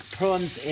Prawns